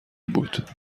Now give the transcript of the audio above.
بود